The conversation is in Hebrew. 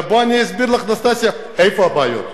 בואי ואסביר לך, אנסטסיה, איפה הבעיות.